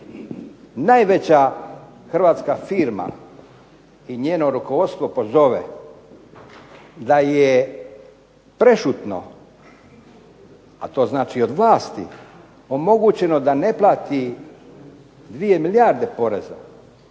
najveća hrvatska firma i njeno rukovodstvo pozove da je prešutno, a to znači od vlasti omogućeno da ne plati 2 milijarde poreza